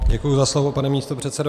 Děkuji za slovo, pane místopředsedo.